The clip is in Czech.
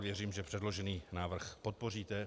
Věřím, že předložený návrh podpoříte.